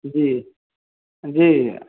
जी जी